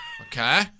okay